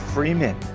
Freeman